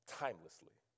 timelessly